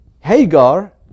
Hagar